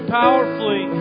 powerfully